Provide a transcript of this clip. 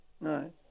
No